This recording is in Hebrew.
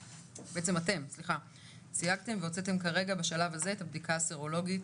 אתם סייגתם והוצאתם כרגע בשלב הזה את הבדיקה הסרולוגית.